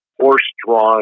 horse-drawn